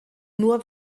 nur